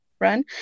Run